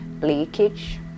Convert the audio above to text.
leakage